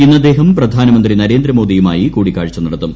ഇന്ന് അദ്ദേഹം പ്രധാനമന്ത്രി നരേന്ദ്രമോദിയുമായി കൂടിക്കാഴ്ച നടത്തും